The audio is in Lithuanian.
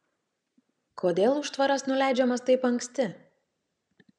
kodėl užtvaras nuleidžiamas taip anksti